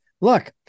look